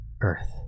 Earth